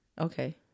Okay